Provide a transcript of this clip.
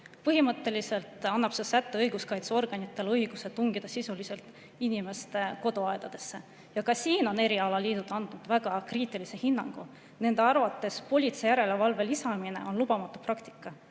Põhimõtteliselt annab see säte õiguskaitseorganitele õiguse tungida inimeste koduaedadesse. Ka siin on erialaliidud andnud väga kriitilise hinnangu. Nende arvates politseijärelevalve lisamine on lubamatu praktika